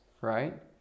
right